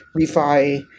refi